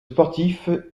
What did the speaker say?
sportif